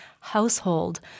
household